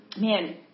man